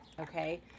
okay